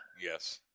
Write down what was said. Yes